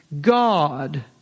God